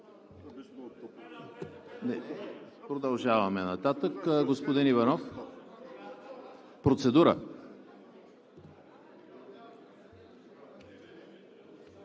Продължаваме нататък. Господин Иванов – процедура.